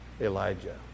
Elijah